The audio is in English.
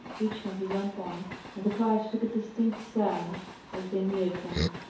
each from his own point, and the cries took a distinct sound as they neared them.